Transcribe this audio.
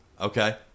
Okay